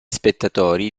spettatori